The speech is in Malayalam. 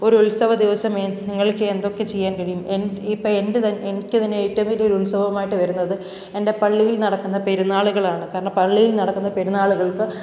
ഒരുത്സവ ദിവസം എ നിങ്ങള്ക്ക് എന്തൊക്കെ ചെയ്യാൻ കഴിയും എനിക്ക് ഇപ്പോൾ എന്റെ തന്നെ എനിക്ക് തന്നെ ഏറ്റവും വലിയൊരു ഉത്സവമായിട്ട് വരുന്നത് എന്റെ പള്ളിയില് നടക്കുന്ന പെരുന്നാളുകളാണ് കാരണം പള്ളിയില് നടക്കുന്ന പെരുന്നാളുകള്ക്ക്